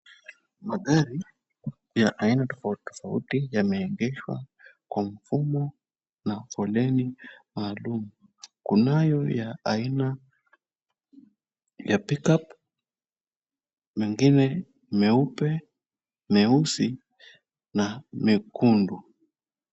Magari ya aina tofauti tofauti yameegeshwa kwa mfumo na foleni maalum. Kunayo ya aina ya Pick-up, mengine meupe, meusi na mekundu.